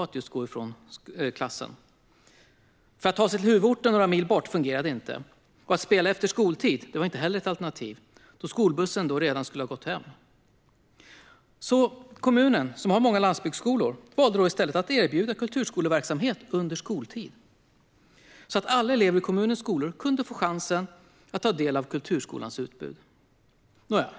Att ta sig till huvudorten några mil bort fungerade inte. Att spela efter skoltid var inte heller ett alternativ, då skolbussen redan skulle ha gått hem. Kommunen, som har många landsbygdsskolor, valde då i stället att erbjuda kulturskoleverksamhet under skoltid, så att alla elever i kommunens skolor kunde få chansen att ta del av kulturskolans utbud.